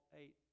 eight